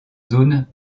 zone